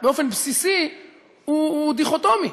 באופן בסיסי הוא דיכוטומי: